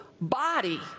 body